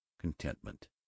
contentment